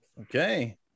Okay